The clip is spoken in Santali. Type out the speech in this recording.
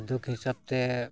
ᱫᱩᱠ ᱦᱤᱥᱟᱹᱵ ᱛᱮ